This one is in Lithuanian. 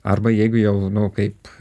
arba jeigu jau nu kaip